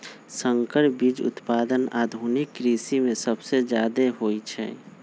संकर बीज उत्पादन आधुनिक कृषि में सबसे जादे होई छई